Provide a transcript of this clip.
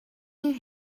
you